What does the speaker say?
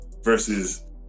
versus